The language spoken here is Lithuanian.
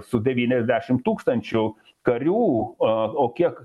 su devyniasdešim tūkstančių karių a kiek